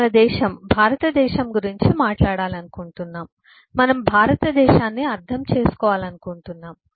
మన దేశం భారతదేశం గురించి మాట్లాడాలనుకుంటున్నాం మనం భారతదేశాన్ని అర్థం చేసుకోవాలనుకుంటున్నాము